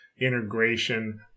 integration